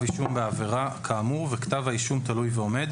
אישום בעבירה כאמור וכתב האישום תלוי ועומד,